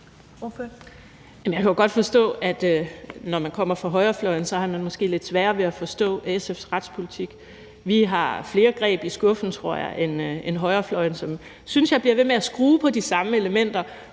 Jeg kan godt forstå, at når man kommer fra højrefløjen, har man måske lidt sværere ved at forstå SF's retspolitik. Vi har flere greb i skuffen, tror jeg, end højrefløjen, som jeg synes bliver ved med at skrue på de samme elementer